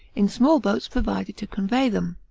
in small boats provided to convey them.